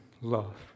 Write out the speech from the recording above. love